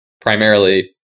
primarily